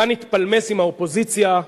כאן התפלמס עם האופוזיציה,